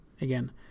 again